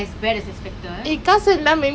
so I went the human [one] that [one] also I damn scared